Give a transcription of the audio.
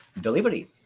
Delivery